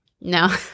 No